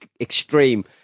extreme